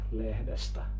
lehdestä